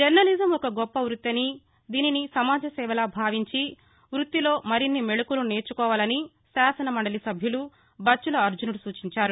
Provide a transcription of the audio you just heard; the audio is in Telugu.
జర్నలిజమ్ ఒక గొప్ప వృత్తిఅని దీనిని సమాజసేవలా భావించి వృత్తిలో మరిన్ని మెళకువలు నేర్చుకోవాలని శాసనమండలి సభ్యులు బచ్చుల అర్జునుడు సూచించారు